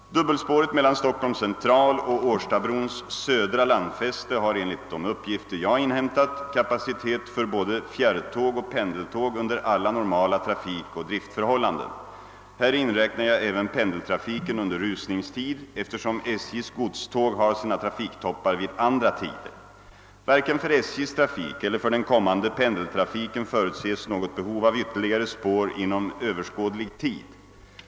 Dubbelspåret mellan Stockholm &C och Årstabrons södra landfäste har enligt de uppgifter jag inhämtat kapacitet för både fjärrtåg och pendeltåg under alla normala trafikoch driftförhållanden. Häri inräknar jag även pendeltrafiken under rusningstid eftersom SJ:s godståg har sina trafiktoppar vid andra tider. Varken för SJ:s trafik eller för den kommande pendeltrafiken förutses något behov av ytterligare spår inom överskådlig tid.